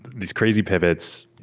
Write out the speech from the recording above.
these crazy pivots,